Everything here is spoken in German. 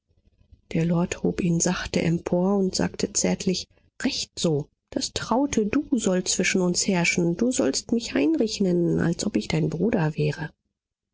der lord hob ihn sachte empor und sagte zärtlich recht so das traute du soll zwischen uns herrschen du sollst mich heinrich nennen als ob ich dein bruder wäre